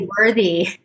worthy